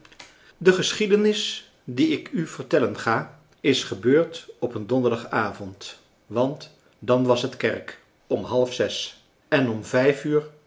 de geschiedenis die ik u vertellen ga is gebeurd op een donderdagavond want dan was het kerk om half zes en om vijf uur